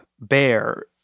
bear